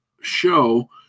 show